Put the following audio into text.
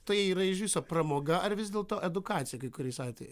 tai yra iš viso pramoga ar vis dėlto edukacija kai kuriais atvejai